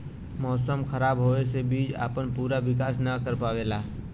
मौसम खराब होवे से बीज आपन पूरा विकास न कर पावेला